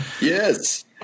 Yes